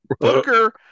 Booker